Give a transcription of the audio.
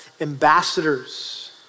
ambassadors